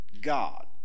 god